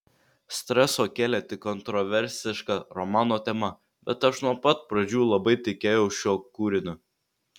streso kėlė tik kontroversiška romano tema bet aš nuo pat pradžių labai tikėjau šiuo kūriniu